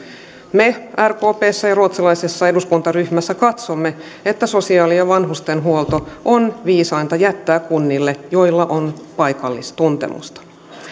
me rkpssä ja ruotsalaisessa eduskuntaryhmässä katsomme että sosiaali ja vanhustenhuolto on viisainta jättää kunnille joilla on paikallistuntemusta